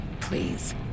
Please